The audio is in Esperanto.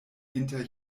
inter